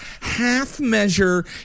half-measure